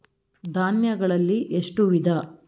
ಧಾನ್ಯಗಳಲ್ಲಿ ಎಷ್ಟು ವಿಧ?